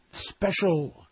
special